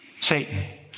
Satan